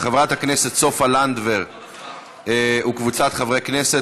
של חברת הכנסת סופה לנדבר וקבוצת חברי כנסת.